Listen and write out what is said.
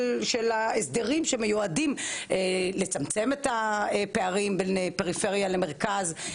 ההסדרים שמיועדים לצמצם את ההבדלים בין הפריפריה למרכז,